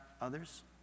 others